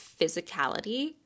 physicality